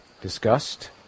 disgust